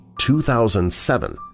2007